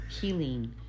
healing